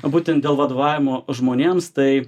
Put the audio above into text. būtent dėl vadovavimo žmonėms tai